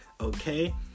okay